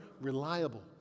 reliable